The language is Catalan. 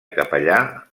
capellà